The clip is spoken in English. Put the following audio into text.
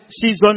season